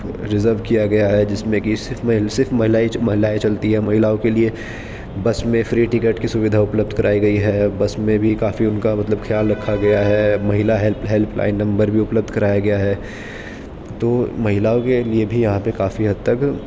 reserve کیا گیا ہے جس میں کہ صرف صرف مہیلائیں چلتی ہیں مہیلاؤں کے لیے بس میں فری ٹکٹ کی سویدھا اپلبدھ کرائی گئی ہے بس میں بھی کافی ان کا مطلب خیال رکھا گیا ہے مہیلا ہلپ ہلپ لائن نمبر بھی اپلبدھ کرایا گیا ہے تو مہیلاؤں کے لیے بھی یہاں پہ کافی حد تک